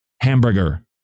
Hamburger